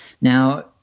Now